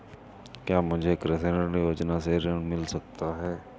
क्या मुझे कृषि ऋण योजना से ऋण मिल सकता है?